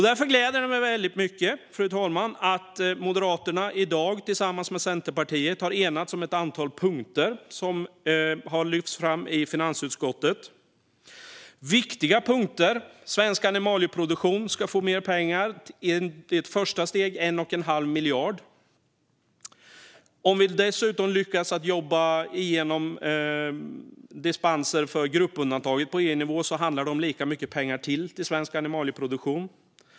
Därför gläder det mig väldigt mycket, fru talman, att Moderaterna i dag tillsammans med Centerpartiet har enats om ett antal viktiga punkter som lyfts fram i finansutskottet. Svensk animalieproduktion ska få mer pengar, i ett första steg en och en halv miljard. Om vi dessutom lyckas jobba igenom dispenser för gruppundantaget på EU-nivå handlar det om lika mycket pengar till svensk animalieproduktion.